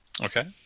Okay